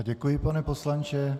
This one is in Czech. Děkuji, pane poslanče.